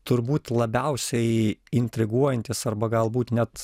turbūt labiausiai intriguojantis arba galbūt net